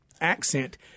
accent